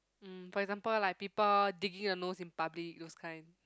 mm for example like people digging the nose in public those kind